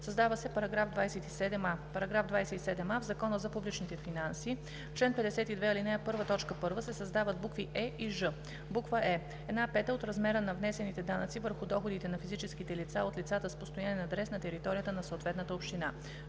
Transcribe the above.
„Създава се § 27а: „§27а. В Закона за публичните финанси в чл. 52, ал. 1, т. 1 се създават букви „е“ и „ж“: „е) една пета от размера на внесените данъци върху доходите на физическите лица от лицата с постоянен адрес на територията на съответната община;